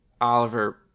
Oliver